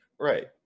right